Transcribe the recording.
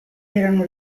erano